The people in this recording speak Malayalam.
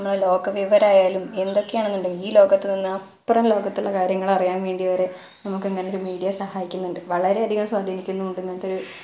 നമ്മൾ ലോക വിവരം ആയാലും എന്തൊക്കെയാണ് എന്നുണ്ടെങ്കിലും ഈ ലോകത്ത് നിന്ന് അപ്പുറം ലോകത്തുള്ള കാര്യങ്ങൾ അറിയാൻ വേണ്ടി വരെ നമുക്ക് ഇങ്ങനത്തെ മീഡിയ സഹായിക്കുന്നുണ്ട് വളരെ അധികം സ്വാധീനിക്കുന്നുമുണ്ട് ഇങ്ങനത്തെ ഒരു